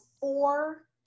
four